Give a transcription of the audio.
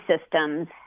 systems